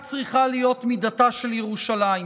כך צריכה להיות מידתה של ירושלים,